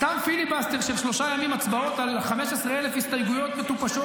סתם פיליבסטר של שלושה ימים הצבעות על 15,000 הסתייגויות מטופשות